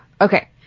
Okay